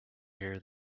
hear